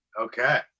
Okay